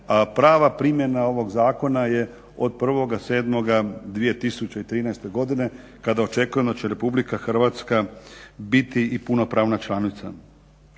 prava primjena ovog zakona je od 1.07.2013. godine kada očekujemo da će RH biti i punopravna članica.